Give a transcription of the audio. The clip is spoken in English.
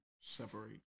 separate